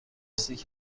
رسیده